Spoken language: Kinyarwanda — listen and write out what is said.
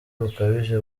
bukabije